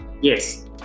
yes